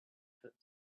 put